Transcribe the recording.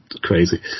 crazy